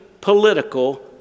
political